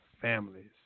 families